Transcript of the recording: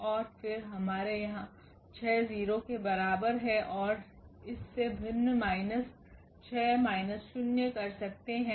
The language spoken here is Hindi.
और फिर हमारे यहाँ 6 0 के बराबर है और इससे भिन्न माइनस 6 माइनस शून्य कर सकते है